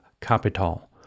Capital